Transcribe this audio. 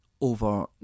over